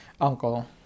uncle